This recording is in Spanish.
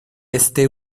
este